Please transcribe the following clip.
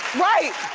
right!